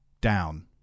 down